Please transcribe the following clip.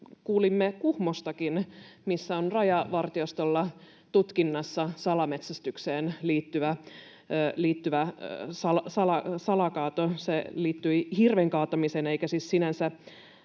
kuulimme Kuhmostakin, että siellä on Rajavartiostolla tutkinnassa salametsästykseen liittyvä salakaato. Se liittyi hirven kaatamiseen eikä siis sinänsä